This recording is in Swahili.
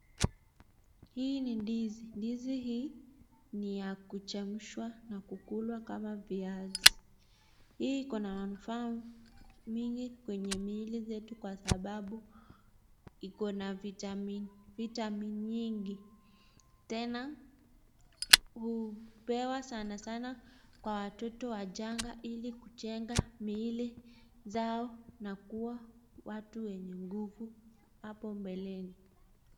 Hii ni ndizi. Ndizi hii ni ya kuchemshwa na kukulwa kama viazi. Hii iko na manufaa mingi kwenye miili zetu kwa sababu iko na vitamin vitamini nyingi. Tena, hupewa sana sana kwa watoto wachanga ili kujenga miili zao na kuwa watu wenye nguvu hapo mbeleni.